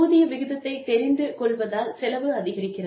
ஊதிய விகிதத்தை தெரிந்து கொள்வதால் செலவு அதிகரிக்கிறது